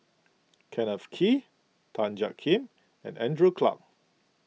Kenneth Kee Tan Jiak Kim and Andrew Clarke